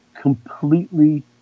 completely